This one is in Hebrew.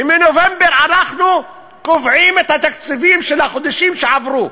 ומנובמבר אנחנו קובעים את התקציבים של החודשים שעברו,